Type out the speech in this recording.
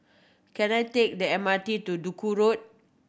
can I take the M R T to Duku Road